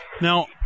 now